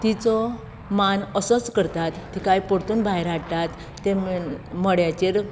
तिचो मान असोच करतात तिकाय परतून भायर हाडटात तें मड्याचेर